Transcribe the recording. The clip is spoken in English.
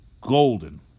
golden